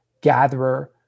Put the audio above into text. gatherer